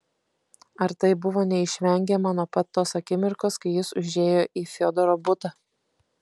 ar tai buvo neišvengiama nuo pat tos akimirkos kai jis užėjo į fiodoro butą